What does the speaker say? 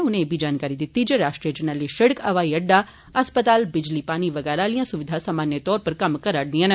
उनें एह् बी जानकारी दित्ती जे राष्ट्रीय जरनैली शिड़क हवाई अड्डा अस्पताल बिजली पानी बगैरा आलियां सुविघां सामान्य तौरा उप्पर कम्म करा'रदियां न